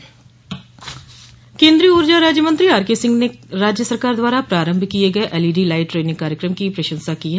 प्रशंसा केन्द्रीय ऊर्जा राज्य मंत्री आरके सिंह ने राज्य सरकार द्वारा प्रारम्भ किये गये एलईडी लाईट ट्रेनिंग कार्यक्रम की प्रशंसा की है